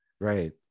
Right